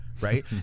Right